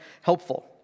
helpful